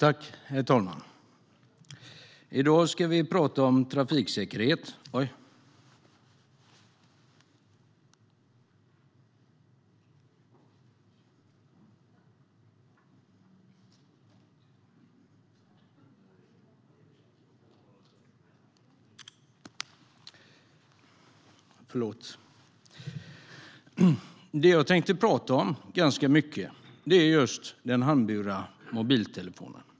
Herr talman! I dag ska vi prata om trafiksäkerhet. Förlåt! Det jag tänkte prata om ganska mycket är just den handburna mobiltelefonen.